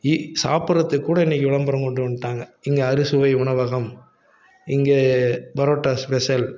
இ சாப்பிட்றத்துக்குக் கூட இன்றைக்கி விளம்பரம் கொண்டு வந்துட்டாங்க இங்கே அறுசுவை உணவகம் இங்கே பரோட்டா ஸ்பெஷல்